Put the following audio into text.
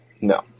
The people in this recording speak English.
No